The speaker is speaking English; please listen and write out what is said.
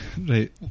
Right